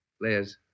Liz